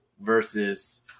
versus